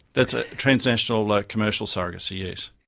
that's ah transnational like commercial surrogacy, yes.